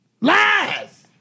Lies